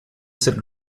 said